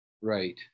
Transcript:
right